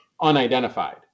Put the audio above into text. unidentified